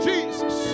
Jesus